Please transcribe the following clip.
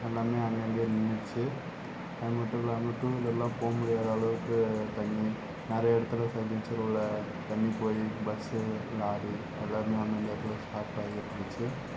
எல்லாமே அங்கே அங்கே நின்றுச்சு அதுமட்டுல்லாமல் டூவீலர்லாம் போகமுடியாத அளவுக்குத் தண்ணிர் நிறைய இடத்துல ஃபுல் ரிங்சோட தண்ணீ போய் பஸ்சு லாரி எல்லாமே அந்த அந்த இடத்துல பார்க்காயி இருந்துச்சு